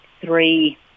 three